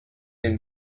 این